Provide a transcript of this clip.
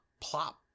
plop